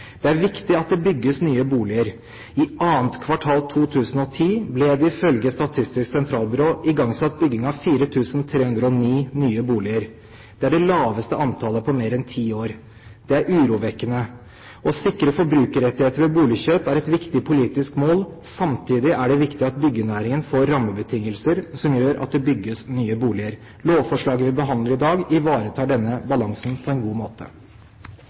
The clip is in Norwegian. Det er viktig at det bygges nye boliger. I 2. kvartal 2010 ble det ifølge Statistisk sentralbyrå igangsatt bygging av 4 309 nye boliger. Det er det laveste antallet på mer enn ti år. Det er urovekkende. Å sikre forbrukerrettigheter ved boligkjøp er et viktig politisk mål. Samtidig er det viktig at byggenæringen får rammebetingelser som gjør at det bygges nye boliger. Lovforslaget vi behandler i dag, ivaretar denne balansen på en god måte.